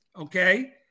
Okay